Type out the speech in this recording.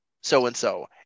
so-and-so